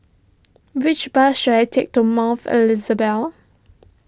which bus should I take to Mouth Elizabeth